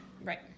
Right